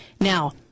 Now